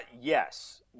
Yes